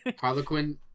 Harlequin